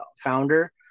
founder